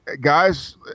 guys